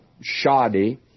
shoddy